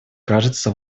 кажется